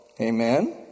Amen